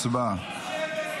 הצבעה.